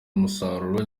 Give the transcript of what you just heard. umusaruro